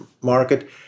market